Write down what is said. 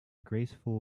graceful